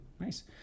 Nice